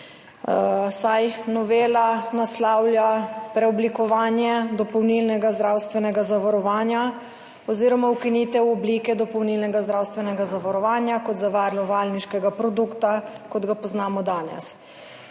saj novela naslavlja preoblikovanje dopolnilnega zdravstvenega zavarovanja oziroma ukinitev oblike dopolnilnega zdravstvenega zavarovanja kot zavarovalniškega produkta, kot ga poznamo danes.